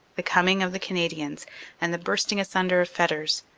the coming of the canadians and the bursting asunder of fetters,